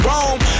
Rome